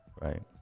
right